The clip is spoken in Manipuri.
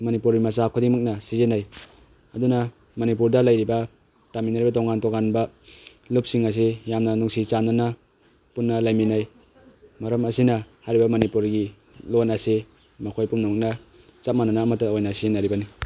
ꯃꯅꯤꯄꯨꯔꯤ ꯃꯆꯥ ꯈꯨꯗꯤꯡꯃꯛꯅ ꯁꯤꯖꯤꯟꯅꯩ ꯑꯗꯨꯅ ꯃꯅꯤꯄꯨꯔꯗ ꯂꯩꯔꯤꯕ ꯇꯥꯃꯤꯟꯅꯔꯤꯕ ꯇꯣꯉꯥꯟ ꯇꯣꯉꯥꯟꯕ ꯂꯨꯞꯁꯤꯡ ꯑꯁꯤ ꯌꯥꯝꯅ ꯅꯨꯡꯁꯤ ꯆꯥꯟꯅꯅ ꯄꯨꯟꯅ ꯂꯩꯃꯤꯟꯅꯩ ꯃꯔꯝ ꯑꯁꯤꯅ ꯍꯥꯏꯔꯤꯕ ꯃꯅꯤꯄꯨꯔꯤ ꯂꯣꯜ ꯑꯁꯤ ꯃꯈꯣꯏ ꯄꯨꯝꯅꯃꯛꯅ ꯆꯞ ꯃꯥꯟꯅꯅ ꯑꯃꯠꯇ ꯑꯣꯏꯅ ꯁꯤꯖꯤꯟꯅꯔꯤꯕꯅꯤ